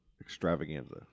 extravaganza